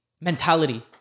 mentality